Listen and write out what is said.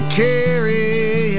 carry